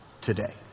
today